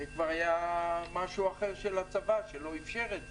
זה כבר היה משהו אחר של הצבא שלא אפשר את זה.